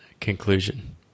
conclusion